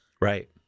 Right